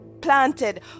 planted